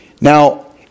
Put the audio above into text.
Now